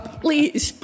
please